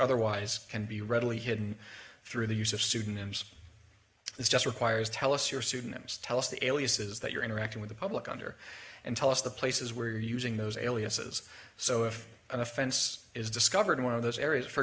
otherwise can be readily hidden through the use of pseudonyms it's just requires tell us your pseudonyms tell us the aliases that you're interacting with the public under and tell us the places where you're using those aliases so if an offense is discovered in one of those areas for